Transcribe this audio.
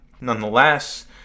nonetheless